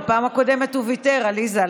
בפעם הקודמת הוא ויתר, עליזה.